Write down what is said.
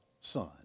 son